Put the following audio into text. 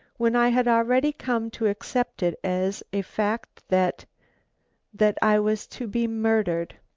when i had already come to accept it as a fact that that i was to be murdered.